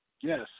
Yes